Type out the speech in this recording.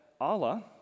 Allah